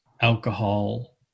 alcohol